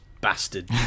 bastard